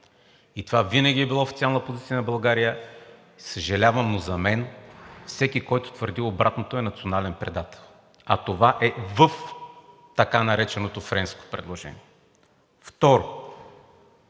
И това винаги е било официална позиция на България. Съжалявам, но за мен всеки, който твърди обратното, е национален предател, а това е в така нареченото френско предложение. Второ,